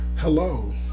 Hello